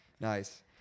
nice